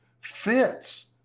fits